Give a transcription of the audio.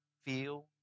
feel